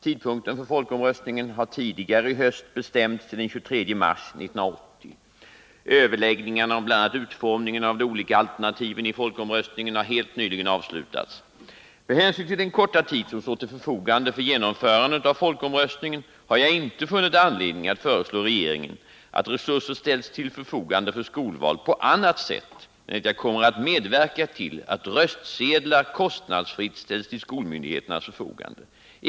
Tidpunkten för folkomröstningen har tidigare i höst bestämts till den 23 mars 1980. Överläggningarna om bl.a. utformningen av de olika alternativen i folkomröstningen har helt nyligen avslutats. Med hänsyn till den korta tid som står till förfogande för genomförandet av folkomröstningen har jag inte funnit anledning att föreslå regeringen att resurser ställs till förfogande för skolval på annat sätt än att jag kommer att medverka till att röstsedlar kostnadsfritt ställs till skolmyndigheternas förfogande.